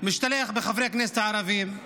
משתלח בחברי הכנסת הערבים.